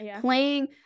playing